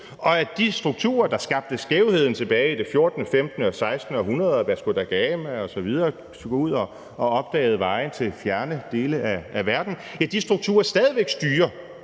og at de strukturer, der skabte skævheden tilbage i det 14., 15. og 16. århundrede, da Vasco da Gama osv. tog ud og opdagede veje til fjerne dele af verden, stadig væk styrer